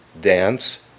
dance